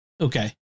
Okay